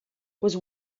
was